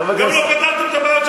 זה הליכוד.